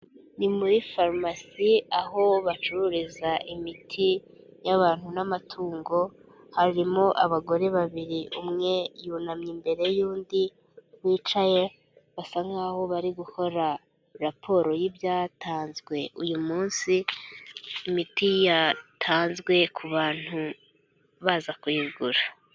Ni muri farumasi aho bacururiza imiti y'abantu n'amatungo, harimo abagore babiri umwe yunamye imbere y'undi wicaye, basa nkaho bari gukora raporo y'ibyatanzwe uyu munsi. imiti yatanzwe ku bantu baza kuyigura.